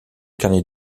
carnet